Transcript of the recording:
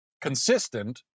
consistent